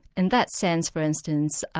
in that sense for instance,